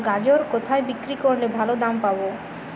গাজর কোথায় বিক্রি করলে ভালো দাম পাব?